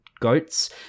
Goats